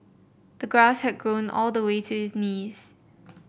the grass had grown all the way to his knees